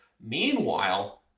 Meanwhile